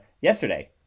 yesterday